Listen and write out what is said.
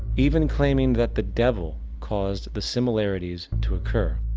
even claiming that the devil caused the similarities to occur.